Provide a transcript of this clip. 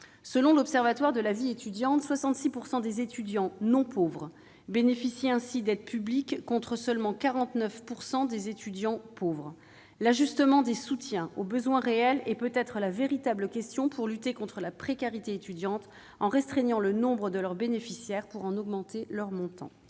Selon l'Observatoire de la vie étudiante, 66 % des étudiants non pauvres bénéficient d'aides publiques, contre seulement 49 % des étudiants pauvres. L'ajustement des soutiens aux besoins réels est peut-être le véritable enjeu pour lutter contre la précarité étudiante en restreignant le nombre des bénéficiaires pour augmenter le montant